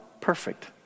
perfect